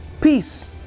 peace